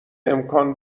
امکان